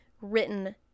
written